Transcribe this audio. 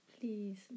please